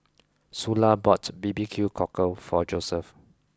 Sula bought B B Q Cockle for Joseph